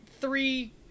three